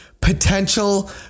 potential